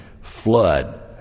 flood